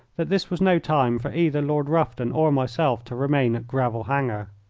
that this was no time for either lord rufton or myself to remain at gravel hanger.